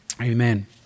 Amen